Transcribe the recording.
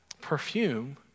perfume